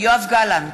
יואב גלנט,